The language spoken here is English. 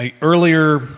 earlier